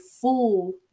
fool